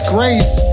Grace